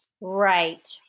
Right